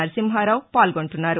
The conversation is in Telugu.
నరసింహరావు పాల్గొంటున్నారు